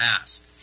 asked